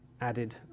added